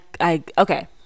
okay